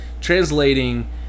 translating